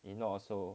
you know also